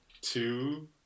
two